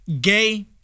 Gay